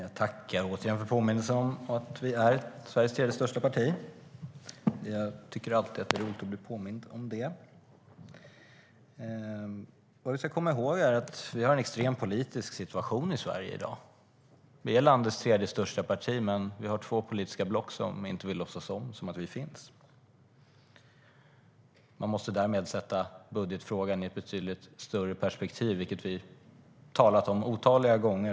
Herr talman! Jag tackar för påminnelsen om att vi är Sveriges tredje största parti. Det är alltid roligt att bli påmind om det. Vad vi ska komma ihåg är att vi har en extrem politisk situation i Sverige i dag. Sverigedemokraterna är landets tredje största parti, men vi har två politiska block som inte vill låtsas om att vi finns. Man måste därmed sätta budgetfrågan i ett betydligt större perspektiv, vilket vi har talat om otaliga gånger.